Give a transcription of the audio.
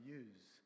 use